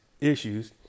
issues